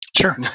Sure